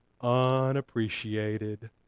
unappreciated